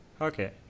okay